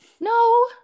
no